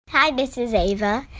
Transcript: hi, this is eva.